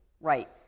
Right